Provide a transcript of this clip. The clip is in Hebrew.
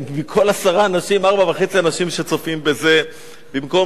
מכל עשרה אנשים 4.5 אנשים שצופים בזה במקום